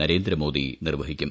നരേന്ദ്രമോദി നിർവ്വഹിക്കും